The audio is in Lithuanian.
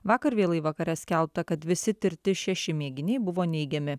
vakar vėlai vakare skelbta kad visi tirti šeši mėginiai buvo neigiami